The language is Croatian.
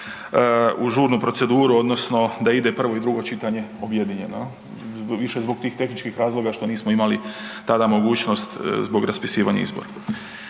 u žurnu proceduru, odnosno da ide prvo i drugo čitanje objedinjeno, više zbog tih tehničkih razloga što nismo imali tada mogućnost zbog raspisivanja izbora.